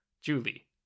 Julie